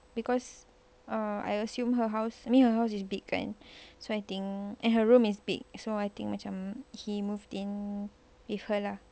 because err I assume her house I mean her house is big kan so I think and her room is big so I think macam he moved in with her lah